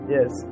Yes